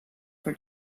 for